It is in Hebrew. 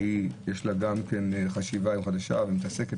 שגם יש לה חשיבה חדשה היום ומתעסקת